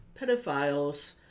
pedophiles